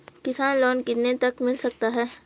किसान लोंन कितने तक मिल सकता है?